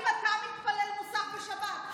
אתה הולך לתפילת מוסף בשבת?